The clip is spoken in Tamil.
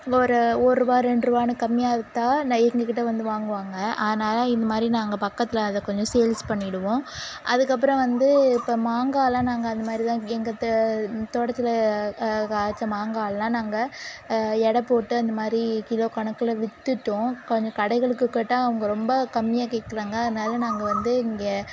ஒரு ஒருருவா ரெண்டு ருபான்னு கம்மியாக விற்றா ந எங்கள்கிட்ட வந்து வாங்குவாங்க அதனால் இந்த மாதிரி நாங்கள் பக்கத்தில் அதை கொஞ்சம் சேல்ஸ் பண்ணிவிடுவோம் அதுக்கப்புறம் வந்து இப்போ மாங்காயெலாம் நாங்கள் அந்தமாதிரி தான் எங்கள் த தோட்டத்தில் காய்ச்ச மாங்காயெலாம் நாங்கள் எடைப்போட்டு அந்தமாதிரி கிலோ கணக்கில் விற்றுட்டோம் கொஞ்சம் கடைகளுக்கு கேட்டால் அவங்க ரொம்ப கம்மியாக கேட்குறாங்க அதனால் நாங்கள் வந்து இங்கே